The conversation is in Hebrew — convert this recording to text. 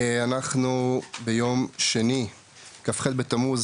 אנחנו ביום שני כ"ח בתמוז,